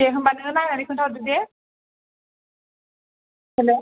दे होमब्ला नोङो नायनानै खोन्था हरदो दे हेल'